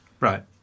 Right